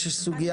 אוסאמה